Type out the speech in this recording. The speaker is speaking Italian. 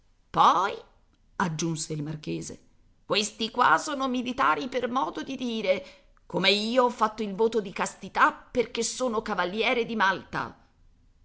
poi aggiunse il marchese questi qua sono militari per modo di dire come io ho fatto il voto di castità perché sono cavaliere di malta